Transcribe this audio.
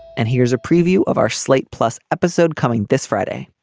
and here's a preview of our slate plus episode coming this friday.